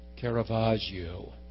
Caravaggio